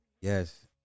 Yes